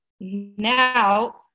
Now